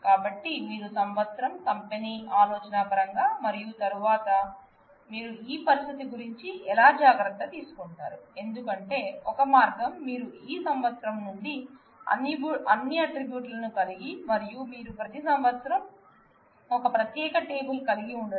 కాబట్టి మీరు సంవత్సరం కంపెనీ ఆలోచన పరంగా గా మరియు తరువాత మీరు ఈ పరిస్థితి గురించి ఎలా జాగ్రత్త తీసుకుంటారు ఎందుకంటే ఒక మార్గం మీరు ఈ సంవత్సరం నుండి అన్ని ఆట్రిబ్యూట్ లను కలిగి మరియు మీరు ప్రతి సంవత్సరం ఒక ప్రత్యేక టేబుల్ కలిగి ఉండటం